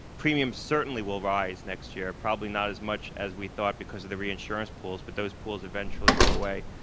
premiums certainly will rise next year, probably not as much as we thought because of the reinsurance pools, but those pools eventually go away.